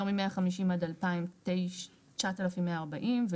יותר מ-150 עד 2,000 - 9,140 שקלים.